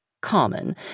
common